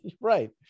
Right